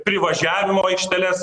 privažiavimo į aikšteles